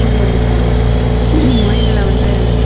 கொண்டு வந்திருக்காங்க மொழிகளை வந்து